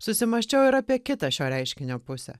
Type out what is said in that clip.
susimąsčiau ir apie kitą šio reiškinio pusę